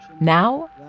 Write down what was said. Now